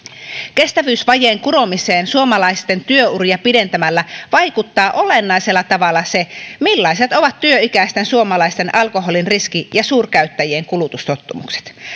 kestävyysvajeen kuromiseen suomalaisten työuria pidentämällä vaikuttaa olennaisella tavalla se millaiset ovat työikäisten suomalaisten alkoholin riski ja suurkäyttäjien kulutustottumukset